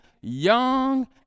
young